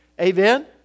Amen